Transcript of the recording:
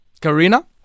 Karina